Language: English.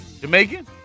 Jamaican